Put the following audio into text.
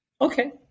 Okay